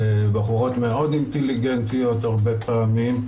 בחורות מאוד אינטליגנטיות הרבה פעמים,